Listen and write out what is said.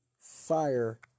fire